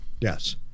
Yes